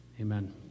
Amen